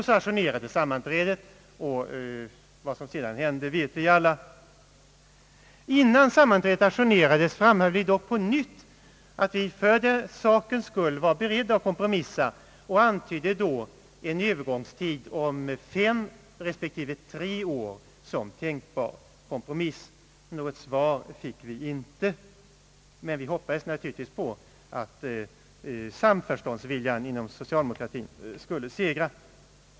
Så ajournerades sammanträdet, och vad som sedan hände vet vi alla. Innan sammanträdet ajournerades framhöll vi dock på nytt, att vi för sakens skull var beredda att kompromissa, och vi antydde då en övergångstid på fem respektive tre år som tänkbar kompromiss. Något svar fick vi inte, men vi hoppades naturligtvis att samförståndsviljan skulle segra inom socialdemokratin.